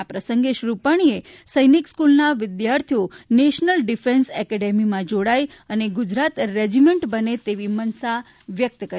આ પ્રસંગે શ્રી રૂપાણીએ સૈનિક સ્ફ્નલના વિધાર્થીઓ નેશનલ ડિફેન્સ એકેડેમીમાં જોડાય અને ગુજરાત રેજીમેન્ટ બને તેવી મનસા વ્યકત કરી હતી